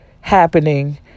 happening